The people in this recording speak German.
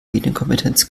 medienkompetenz